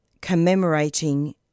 commemorating